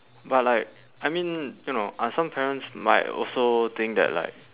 but like I mean you know uh some parents might also think that like